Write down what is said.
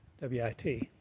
WIT